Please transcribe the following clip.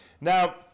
Now